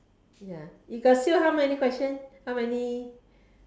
ya you got still how many question how many